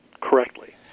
correctly